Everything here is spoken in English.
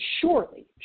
surely